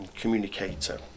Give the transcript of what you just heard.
communicator